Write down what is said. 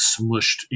smushed